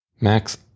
Max